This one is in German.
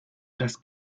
das